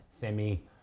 semi